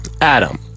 Adam